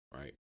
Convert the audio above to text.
Right